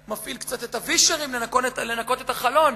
מפעיל קצת את הווישרים לנקות את החלון,